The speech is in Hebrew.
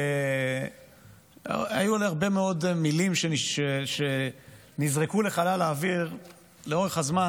היו הרבה מילים שנזרקו לחלל האוויר לאורך הזמן,